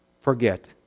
forget